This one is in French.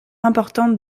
importante